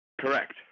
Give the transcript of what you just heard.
Correct